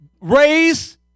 raise